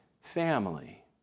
family